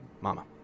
Mama